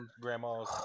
grandmas